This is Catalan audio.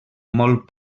molt